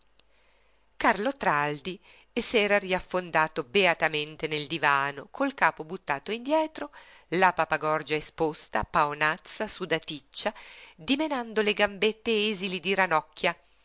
me carlo traldi s'era riaffondato beatamente nel divano col capo buttato indietro la pappagorgia esposta paonazza sudaticcia dimenando le gambette esili di ranocchia